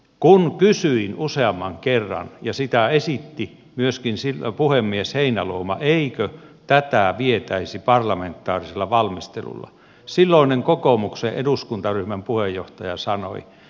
kun kysyin useamman kerran ja sitä esitti myöskin puhemies heinäluoma eikö tätä vietäisi parlamentaarisella valmistelulla silloinen kokoomuksen eduskuntaryhmän puheenjohtaja sanoi